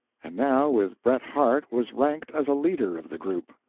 and now, with bret harte, was ranked as a leader of the group.